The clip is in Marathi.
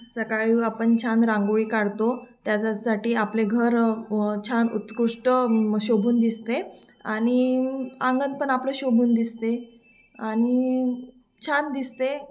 सकाळी आपण छान रांगोळी काढतो त्याचासाठी आपले घर छान उत्कृष्ट शोभून दिसते आणि आंगण पण आपलं शोभून दिसते आणि छान दिसते